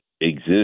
exist